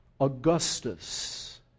Augustus